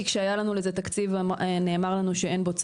כי כשהיה לנו לזה תקציב נאמר לנו שאין בו צורך.